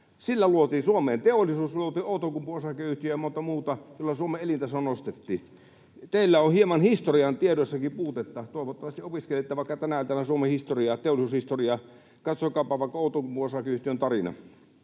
Sillä luotiin Suomeen teollisuus, Outokumpu Oy ja monta muuta, jolla Suomen elintaso nostettiin. Teillä on hieman historian tiedoissakin puutetta. Toivottavasti opiskelette vaikka tänä iltana Suomen historiaa ja teollisuushistoriaa. Katsokaapa vaikka Outokumpu Oy:n tarina.